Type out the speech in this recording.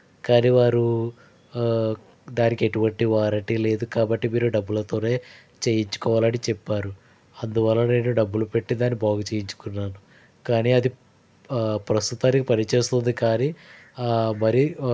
కానీ వారు ఆ దానికి ఎటువంటి వ్యారెంటీ లేదు కాబట్టి మీరు డబ్బులతో చేయించుకోవాలని చెప్పారు అందువలన నేను డబ్బులు పెట్టి దాన్ని బాగు చేయించుకున్నాను కానీ ఆ అది ప్రస్తుతానికి పనిచేస్తుంది కానీ ఆ మరి